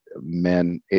Men